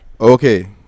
Okay